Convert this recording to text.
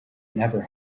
never